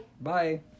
Bye